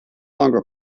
longer